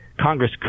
Congress